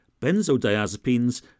benzodiazepines